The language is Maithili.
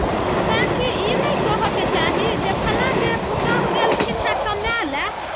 तैँ कि ई नहि कहयके चाही जे फल्लाँके पुतहु गेलखिनहेँ कमाय लए